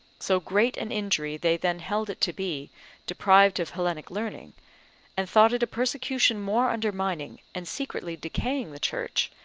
so great an injury they then held it to be deprived of hellenic learning and thought it a persecution more undermining, and secretly decaying the church,